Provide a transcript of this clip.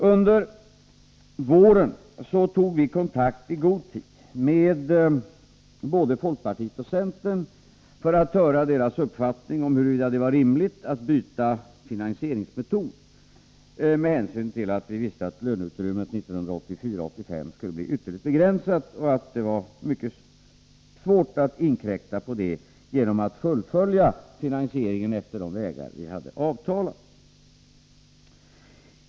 Under våren tog vi i god tid kontakt med både folkpartiet och centern för att höra deras uppfattning i frågan huruvida det var rimligt att byta finansieringsmetod, med hänsyn till att vi visste att löneutrymmet 1984/85 skulle bli ytterligare begränsat och att det var mycket svårt att inkräkta på det genom att fullfölja finansieringen efter de vägar vi hade avtalat.